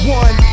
one